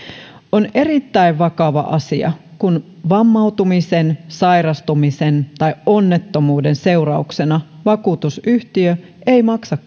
on erittäin vakava asia kun vammautumisen sairastumisen tai onnettomuuden seurauksena vakuutusyhtiö ei maksa